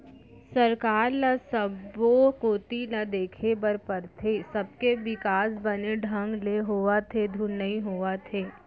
सरकार ल सब्बो कोती ल देखे बर परथे, सबके बिकास बने ढंग ले होवत हे धुन नई होवत हे